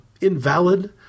invalid